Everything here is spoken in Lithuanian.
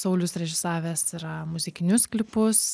saulius režisavęs yra muzikinius klipus